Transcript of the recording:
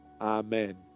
Amen